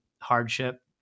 hardship